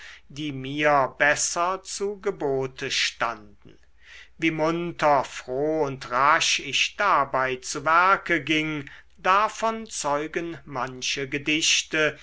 die mir besser zu gebote standen wie munter froh und rasch ich dabei zu werke ging davon zeugen manche gedichte